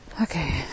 Okay